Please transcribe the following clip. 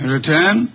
return